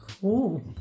Cool